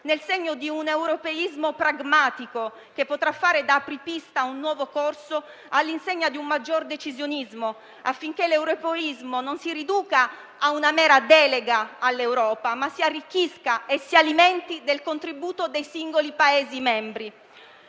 nel segno di un europeismo pragmatico che potrà fare da apripista a un nuovo corso all'insegna di un maggior decisionismo, affinché l'europeismo non si riduca a una mera delega all'Europa, ma si arricchisca e alimenti del contributo dei singoli Paesi membri.